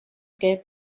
gelb